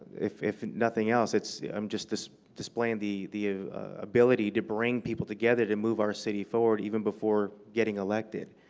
if if nothing else, i'm um just just displaying the the ability to bring people together to move our city forward, even before getting elected.